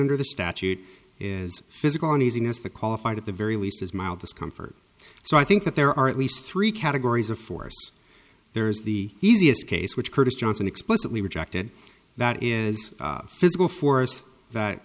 under the statute is physical and using as the qualified at the very least as mild discomfort so i think that there are at least three categories of force there is the easiest case which curtis johnson explicitly rejected that is physical force that